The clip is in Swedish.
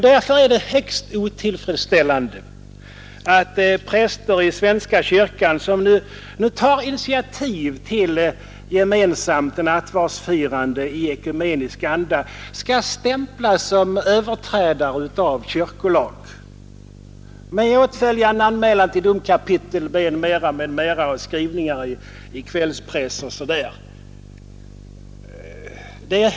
Därför är det högst otillfredsställande att präster i svenska kyrkan, vilka tar initiativ till gemensamt nattvardsfirande i ekumenisk anda, skall stämplas såsom överträdare av kyrkolag med åtföljande anmälan till domkapitlet och skriverier i kvällspressen.